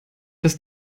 dass